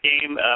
game